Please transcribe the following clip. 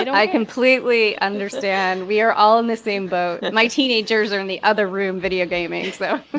i completely understand. we are all in the same boat. my teenagers are in the other room video gaming, so.